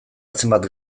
zenbait